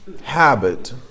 habit